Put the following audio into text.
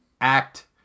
act